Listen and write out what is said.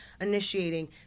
initiating